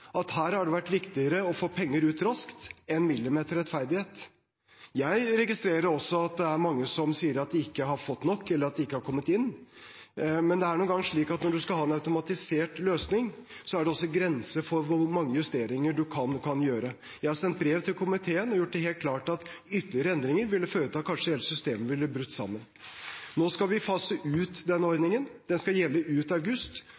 at her har det å få penger ut raskt vært viktigere enn millimeterrettferdighet. Jeg registrerer også at det er mange som sier at de ikke har fått nok, eller at de ikke har kommet inn, men det er nå engang slik at når man skal ha en automatisert løsning, er det også grenser for hvor mange justeringer man kan gjøre. Jeg har sendt brev til komiteen og gjort det helt klart at ytterligere endringer ville ført til at hele systemet kanskje ville brutt sammen. Nå skal vi fase ut denne ordningen. Den skal gjelde ut august.